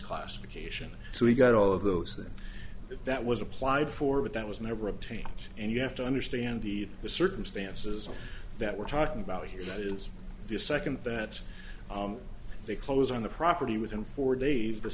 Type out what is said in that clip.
classification so we got all of those that if that was applied for what that was never obtained and you have to understand the circumstances that we're talking about here that is the second that they close on the property within four days the